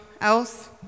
else